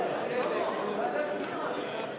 להצביע.